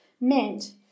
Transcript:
meant